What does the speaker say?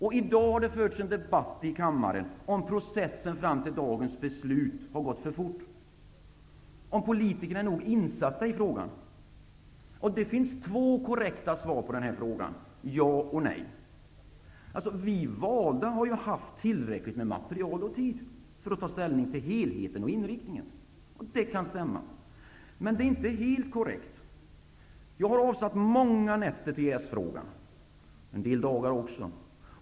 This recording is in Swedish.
I dag har det förts en debatt i kammaren om huruvida processen fram till dagens beslut har gått för fort och om politikerna är nog insatta i frågan. Det finns två korrekta svar på den frågan, ja och nej. Vi valda har haft tillräckligt med material och tid för att ta ställning till helheten och inriktningen. Det kan stämma, men det är inte helt korrekt. Jag har avsatt många nätter till EES-frågan, och en del dagar också.